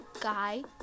guy